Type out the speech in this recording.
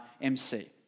MC